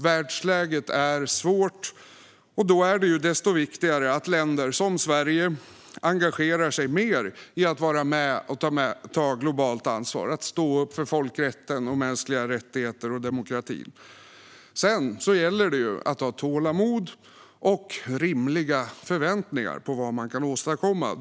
Världsläget är svårt, och då är det desto viktigare att länder som Sverige engagerar sig mer i att vara med och ta globalt ansvar och att stå upp för folkrätten, mänskliga rättigheter och demokrati. Sedan gäller det att ha tålamod och rimliga förväntningar på vad man kan åstadkomma.